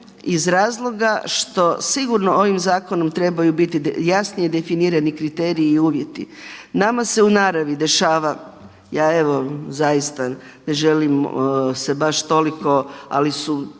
iz razloga što sigurno ovim zakonom trebaju biti jasnije definirani kriteriji i uvjeti. Nama se u naravi dešava, ja evo zaista ne želim se baš toliko, ali su